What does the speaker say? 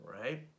Right